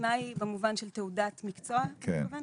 טכנאי במובן של תעודת מקצוע, אתה מתכוון?